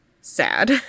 sad